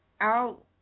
out